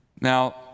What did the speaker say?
Now